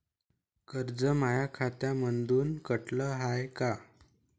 कर्ज माया खात्यामंधून कटलं हाय का?